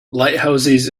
lighthouses